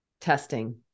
testing